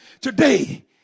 Today